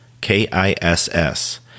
K-I-S-S